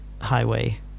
highway